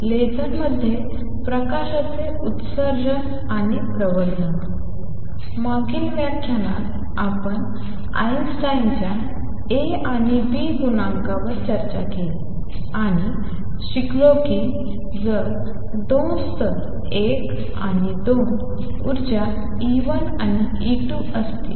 लेझरमध्ये प्रकाशाचे उत्सर्जन आणि प्रवर्धन मागील व्याख्यानात आपण आइन्स्टाईनच्या A आणि B गुणांकांवर चर्चा केली आणि शिकलो की जर दोन स्तर 1 आणि 2 ऊर्जा E1 आणि E2 असतील